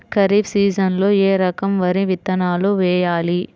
ఖరీఫ్ సీజన్లో ఏ రకం వరి విత్తనాలు వేయాలి?